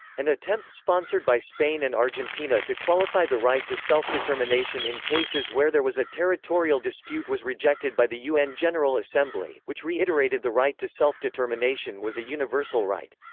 an attempt sponsored by spain and argentina to qualify the right to self-determination in cases where there was a territorial dispute was rejected by the un general assembly, which re-iterated the right to self-determination was a universal right.